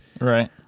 Right